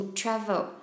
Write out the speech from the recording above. travel